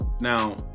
Now